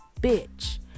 bitch